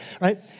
right